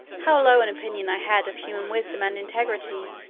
how low an opinion i had of human wisdom and integrity,